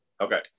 Okay